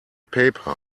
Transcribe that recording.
paper